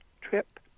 TRIP